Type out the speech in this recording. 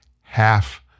half